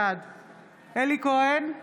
בעד אלי כהן,